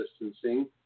distancing